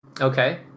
Okay